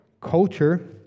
Culture